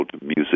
music